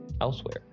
elsewhere